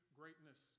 greatness